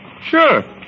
Sure